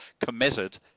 committed